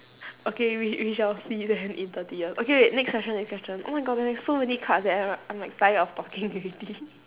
okay we we shall see then in thirty years okay ne~ next question next question oh my god there are so many cards and I'm like I'm like tired of talking already